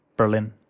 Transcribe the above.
Berlin